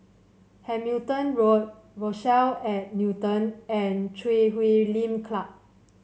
Hamilton Road Rochelle at Newton and Chui Huay Lim Club